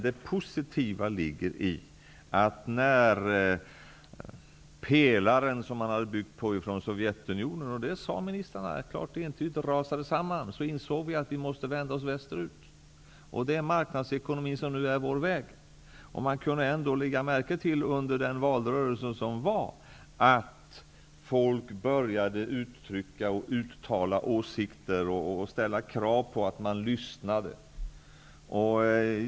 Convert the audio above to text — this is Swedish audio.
Det positiva ligger i, att när pelaren från Sovjetunionen som de hade byggt på rasade samman, insåg de att de måste vända sig västerut. Det sade ministrarna klart och entydigt. Det är marknadsekonomin som nu är deras väg. Under den valrörelse som ägde rum, kunde man lägga märke till att folk började uttrycka och uttala åsikter och ställa krav på att man lyssnade.